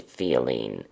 feeling